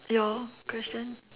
your question